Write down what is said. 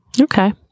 Okay